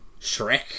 Shrek